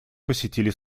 посетили